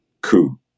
coup